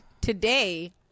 today